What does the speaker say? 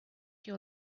your